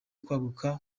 kwaguka